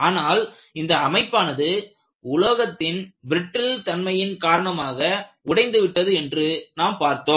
ஆனால் அந்த அமைப்பானது உலோகத்தின் பிரிட்டில் தன்மையின் காரணமாக உடைந்துவிட்டது என்று நாம் பார்த்தோம்